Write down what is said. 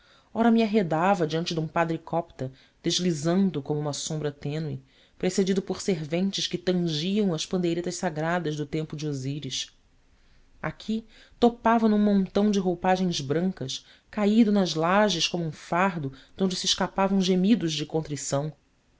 ora me arredava diante de um padre copta deslizando como uma sombra tênue precedido por serventes que tangiam as pandeiretas sagradas do tempo de osíris aqui topava num montão de roupagens brancas caído nas lajes como um fardo de onde se escapavam gemidos de contrição